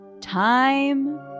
Time